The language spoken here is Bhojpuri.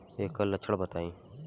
एकर लक्षण बताई?